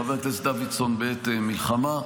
חבר הכנסת דוידסון, בעת מלחמה.